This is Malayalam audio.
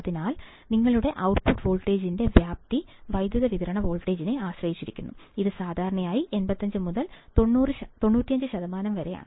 അതിനാൽ നിങ്ങളുടെ ഔട്ട്പുട്ട് വോൾട്ടേജിന്റെ വ്യാപ്തി വൈദ്യുതി വിതരണ വോൾട്ടേജിനെ ആശ്രയിച്ചിരിക്കുന്നു ഇത് സാധാരണയായി 85 മുതൽ 95 ശതമാനം വരെയാണ്